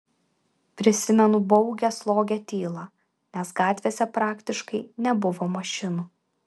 prisimenu baugią slogią tylą nes gatvėse praktiškai nebuvo mašinų